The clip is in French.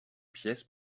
pièces